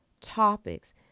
topics